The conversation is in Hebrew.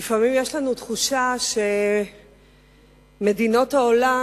לפעמים יש לנו תחושה שמדינות העולם